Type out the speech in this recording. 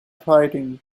fighting